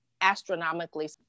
astronomically